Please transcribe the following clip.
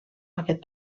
aquest